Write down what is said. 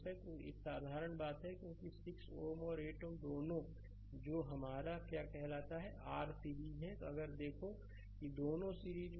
तो यह एक साधारण बात है क्योंकि 6 Ωऔर 8 Ω दोनों जो हमारा क्या कहलाता है r सीरीज़ हैं अगर देखो कि दोनों सीरीज़ में हैं